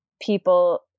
people